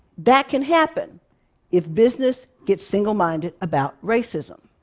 that can happen if business gets single-minded about racism.